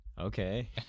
Okay